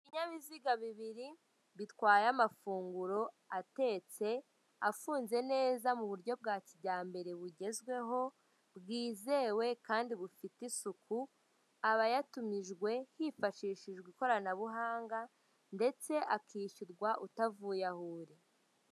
Ibinyabiziga bibiri bitwaye amafunguro atetse, afunze neza mu buryo bwa kijyambere bugezweho, bwizewe, kandi bufite isuku, aba yatumijwe hifashishijwe ikoranabuhanga ndetse akishyurwa utavuye aho uri.